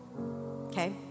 okay